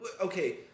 okay